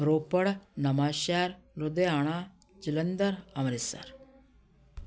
Ropar Nawanshahr Ludhiana Jalandhar Amritsar